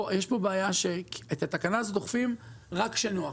ראשית, את התקנה הזאת אוכפים רק כשנוח.